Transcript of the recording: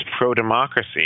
pro-democracy